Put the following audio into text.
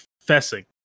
confessing